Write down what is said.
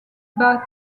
bat